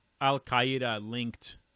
Al-Qaeda-linked